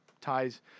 ties